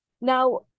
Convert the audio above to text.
now